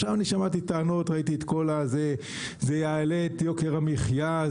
עכשיו אני שמעתי טענות זה יעלה את יוקר המחיה,